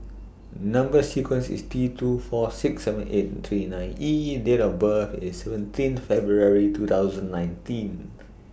Number sequence IS T two four six seven eight three nine E and Date of birth IS seventeen February two thousand nineteenth